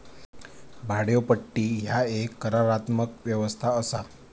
भाड्योपट्टी ह्या एक करारात्मक व्यवस्था असा